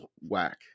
whack